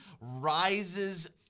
rises